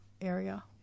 area